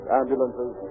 ambulances